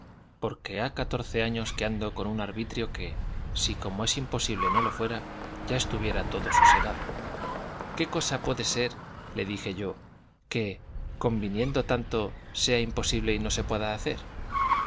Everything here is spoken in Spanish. porque ha catorce años que ando con un arbitrio que si como es imposible no lo fuera ya estuviera todo sosegado qué cosa puede ser le dije yo que conviniendo tanto sea imposible y no se pueda hacer